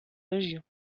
régions